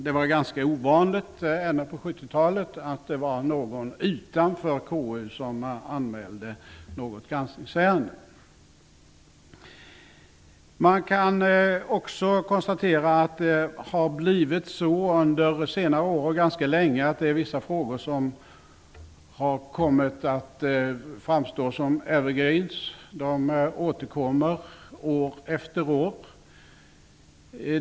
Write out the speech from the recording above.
Det var ganska ovanligt på 70-talet att någon utanför Man kan också konstatera att vissa frågor under senare år har kommit att framstå som ''evergreens''. De återkommer år efter år.